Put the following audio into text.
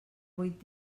vuit